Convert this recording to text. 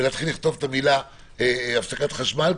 ולכתוב את המילים הפסקת חשמל,